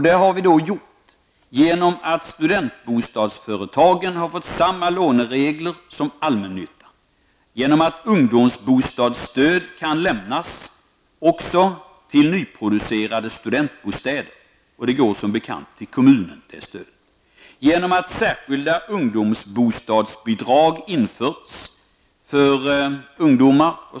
Detta har vi gjort genom att studentbostadsföretagen har fått samma låneregler som allmännyttan, genom att ungdomsbostadsstöd kan lämnas också till nyproducerade studentbostäder -- detta stöd går som bekant till kommunen -- och genom att särskilda ungdomsbostadsbidrag införts för ungdomar.